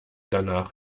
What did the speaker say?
danach